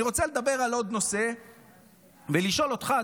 אני רוצה לדבר על עוד נושא ולשאול אותך,